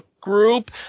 group